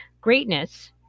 Greatness